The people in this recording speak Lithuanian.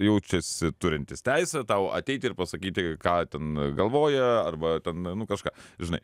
jaučiasi turintis teisę tau ateiti ir pasakyti ką ten galvoja arba ten nu kažką žinai